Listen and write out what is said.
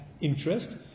interest